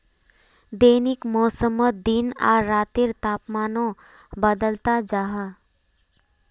दैनिक मौसमोत दिन आर रातेर तापमानो बताल जाहा